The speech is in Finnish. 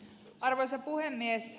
arvoisa puhemies